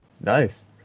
Nice